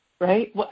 right